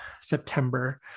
September